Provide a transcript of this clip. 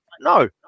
no